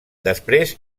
després